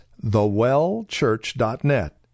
thewellchurch.net